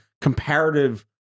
comparative